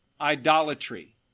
idolatry